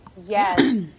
Yes